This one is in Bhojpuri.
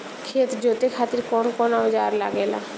खेत जोते खातीर कउन कउन औजार लागेला?